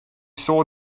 saw